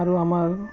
আৰু আমাৰ